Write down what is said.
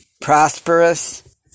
prosperous